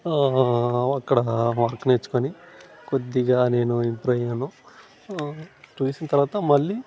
అక్కడ వర్క్ నేర్చుకుని కొద్దిగా నేను ఇంప్రూవ్ అయ్యాను చేసిన తర్వాత మళ్ళీ